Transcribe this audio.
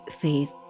faith